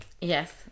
Yes